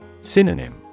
Synonym